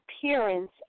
appearance